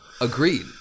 Agreed